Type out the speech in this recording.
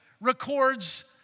records